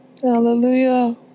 Hallelujah